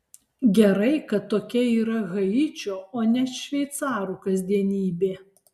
gerai kad tokia yra haičio o ne šveicarų kasdienybė